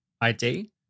ID